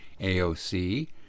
AOC